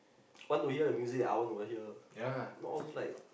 want to hear the music that I want to hear not all those like